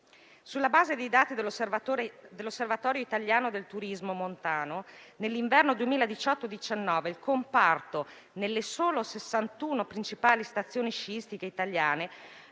Sulla base dei dati dell'Osservatorio italiano del turismo montano, nell'inverno 2018-2019 il comparto, nelle sole 61 principali stazioni sciistiche italiane,